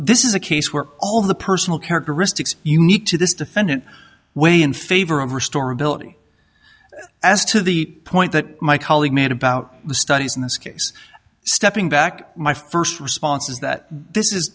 this is a case where all the personal characteristics unique to this defendant way in favor of restore ability as to the point that my colleague man about the studies in this case stepping back my first response is that this is